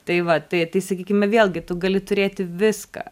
tai va tai tai sakykime vėlgi tu gali turėti viską